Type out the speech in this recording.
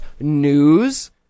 news